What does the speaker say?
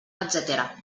etcètera